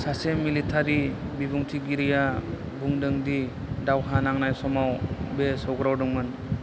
सासे मिलिटारि बिबुंथिगिरिया बुंदोंदि दावहा नांनाय समाव बे सौग्रावदोंमोन